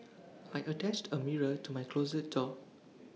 I attached A mirror to my closet door